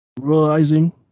realizing